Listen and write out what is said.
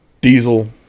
Diesel